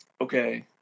Okay